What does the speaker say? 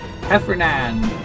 Heffernan